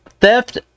theft